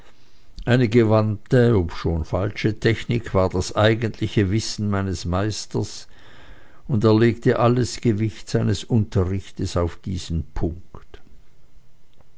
eine gewandte obschon falsche technik war das eigentliche wissen meines meisters und er legte alles gewicht seines unterrichtes auf diesen punkt